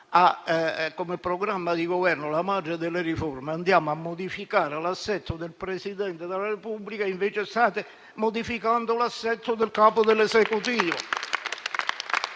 come programma di Governo la madre delle riforme, che andavate a modificare l'assetto del Presidente della Repubblica laddove, invece, state modificando l'assetto del capo dell'Esecutivo.